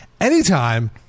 anytime